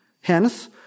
Hence